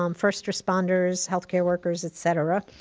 um first responders, health care workers, et cetera.